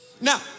Now